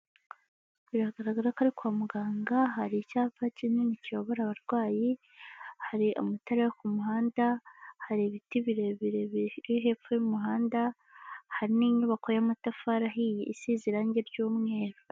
Biragaragara ko ari kwa muganga hari icyapa kinini kiyobora abarwayi, hari amatara yo ku muhanda, hari ibiti birebire biri hepfo y'umuhanda, hari n'inyubako y'amatafari ahiye isize irangi ry'umweru.